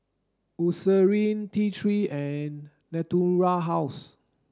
T three and Natura House